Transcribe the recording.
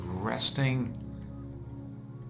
resting